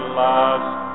last